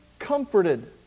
Comforted